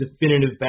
definitive